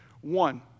One